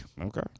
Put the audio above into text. Okay